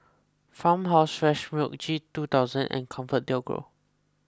Farmhouse Fresh Milk G two thousand and ComfortDelGro